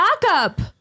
backup